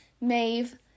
Maeve